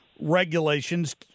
regulations